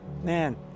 Man